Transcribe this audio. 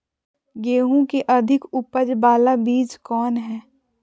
गेंहू की अधिक उपज बाला बीज कौन हैं?